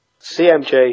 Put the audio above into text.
CMJ